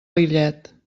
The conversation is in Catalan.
lillet